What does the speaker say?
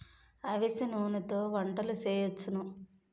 అవిసె నూనెతో వంటలు సేయొచ్చును